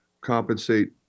compensate